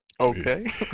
okay